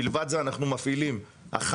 מלבד זה אנחנו מפעילים הכנות